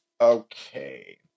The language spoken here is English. Okay